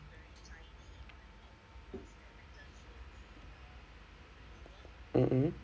mmhmm